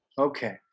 Okay